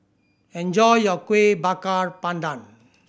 enjoy your Kuih Bakar Pandan